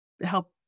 help